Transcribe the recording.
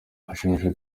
ashimishwa